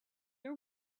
are